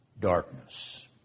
darkness